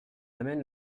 amène